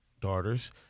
daughters